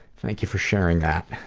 thank you for sharing that.